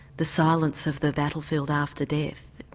the silence of the battlefield after death,